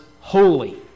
holy